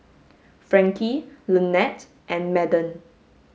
Frankie Lanette and Madden